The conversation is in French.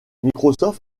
microsoft